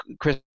Chris